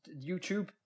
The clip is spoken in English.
YouTube